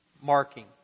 Marking